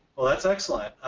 well that's excellent.